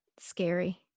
scary